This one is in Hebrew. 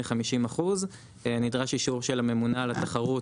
ל- 50% נדרש אישור של הממונה על התחרות.